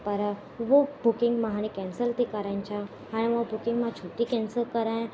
पर उहो बुकिंग मां हाणे कैंसिल थी कराइण चां हाणे मां बुकिंग मां छो थी कैंसिल करायां